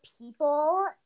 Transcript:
people